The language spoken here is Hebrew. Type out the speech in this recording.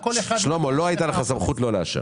שלמה, לא הייתה לך סמכות לא לאשר.